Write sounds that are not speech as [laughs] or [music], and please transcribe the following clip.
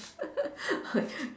[laughs]